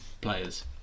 players